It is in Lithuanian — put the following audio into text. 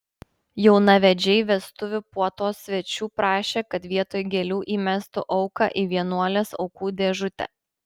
jaunavedžiai vestuvių puotos svečių prašė kad vietoj gėlių įmestų auką į vienuolės aukų dėžutę